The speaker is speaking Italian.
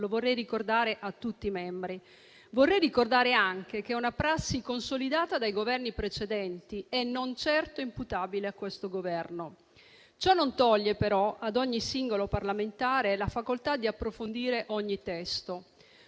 Commissione. Vorrei altresì ricordare che è una prassi consolidata dai Governi precedenti e non certo imputabile a questo Governo. Ciò non toglie, però, ad ogni singolo parlamentare la facoltà di approfondire ogni testo.